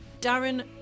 Darren